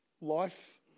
life